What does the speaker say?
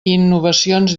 innovacions